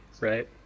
right